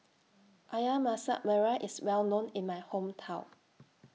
Ayam Masak Merah IS Well known in My Hometown